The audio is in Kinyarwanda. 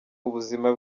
ubuzima